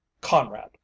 conrad